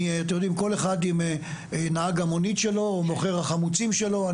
אתם יודעים כל אחד עם נהג המונית שלו או מוכר החמוצים שלו.